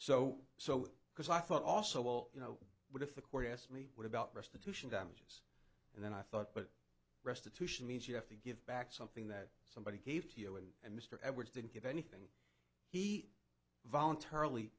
so so because i thought also well you know what if the court asked me what about restitution damages and then i thought restitution means you have to give back something that somebody gave to you and and mr edwards didn't give anything he voluntarily